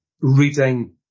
Reading